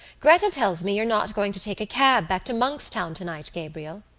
gretta tells me you're not going to take a cab back to monkstown tonight, gabriel,